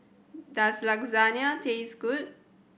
does taste good